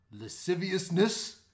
Lasciviousness